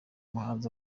muhanzi